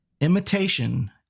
Imitation